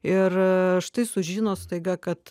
ir štai sužino staiga kad